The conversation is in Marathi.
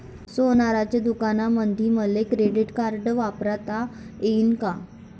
सोनाराच्या दुकानामंधीही मले क्रेडिट कार्ड वापरता येते का?